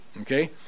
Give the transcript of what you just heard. okay